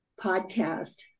podcast